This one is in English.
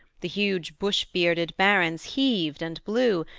the huge bush-bearded barons heaved and blew,